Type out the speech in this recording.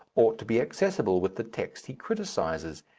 ought to be accessible with the text he criticizes.